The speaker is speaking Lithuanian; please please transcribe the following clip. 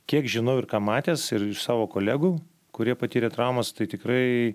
kiek žinau ir ką matęs ir iš savo kolegų kurie patyrė traumas tai tikrai